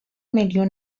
میلیون